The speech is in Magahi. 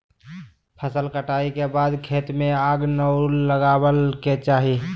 फसल कटाई के बाद खेत में आग नै लगावय के चाही